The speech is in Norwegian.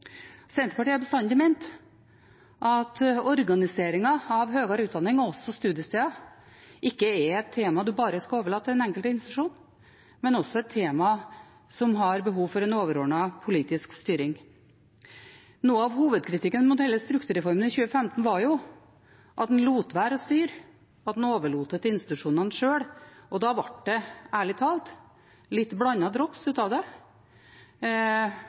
Senterpartiet har bestandig ment at organiseringen av høyere utdanning og studiesteder ikke er et tema en bare skal overlate til den enkelte institusjon, men også et tema som har behov for en overordnet politisk styring. Noe av hovedkritikken mot hele strukturreformen i 2015 var jo at en lot være å styre, at en overlot det til institusjonene sjøl. Da ble det – ærlig talt – litt blandet drops av det,